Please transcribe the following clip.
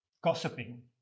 gossiping